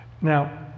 now